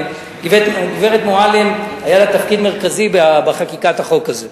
לגברת מועלם היה תפקיד מרכזי בחקיקת החוק הזה,